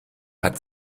hat